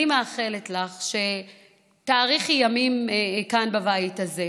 אני מאחלת לך שתאריכי ימים כאן, בבית הזה,